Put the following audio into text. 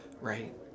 right